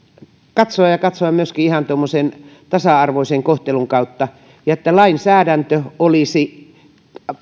katsoa ja katsoa myöskin ihan tuommoisen tasa arvoisen kohtelun kautta että lainsäädäntö ei ainakaan olisi